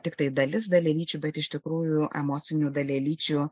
tiktai dalis dalelyčių bet iš tikrųjų emocinių dalelyčių